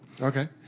Okay